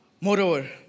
Moreover